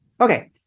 Okay